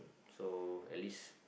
so at least